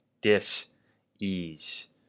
dis-ease